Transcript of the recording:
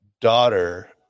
daughter